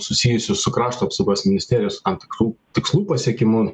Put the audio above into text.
susijusius su krašto apsaugos ministerijos tam tikrų tikslų pasiekimu